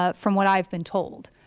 ah from what i have been told,